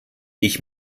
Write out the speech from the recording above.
ich